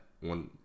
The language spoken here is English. one